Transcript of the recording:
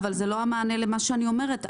אבל זה לא המענה למה שאני אומרת.